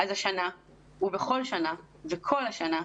אז השנה ובכל שנה וכל השנה,